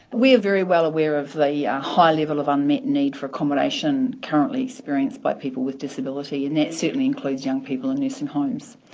we're very well aware of the yeah high level of unmet need for accommodation currently experienced by people with disability, and that certainly includes young people in nursing homes.